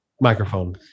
microphone